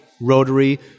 Rotary